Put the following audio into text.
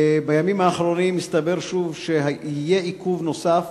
בימים האחרונים הסתבר שוב שיהיה עיכוב נוסף